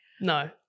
No